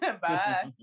Bye